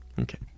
Okay